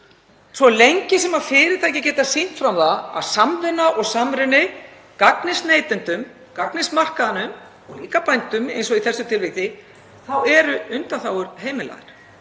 Svo lengi sem fyrirtæki geta sýnt fram á að samvinna og samruni gagnist neytendum, gagnist markaðnum og líka bændum eins og í þessu tilviki, þá eru undanþágur heimilaðar